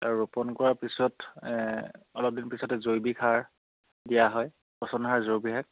আৰু ৰোপণ কৰা পিছত অলপ দিন পিছতে জৈৱিক সাৰ দিয়া হয় পচন সাৰ জৈৱিক সাৰ